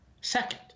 second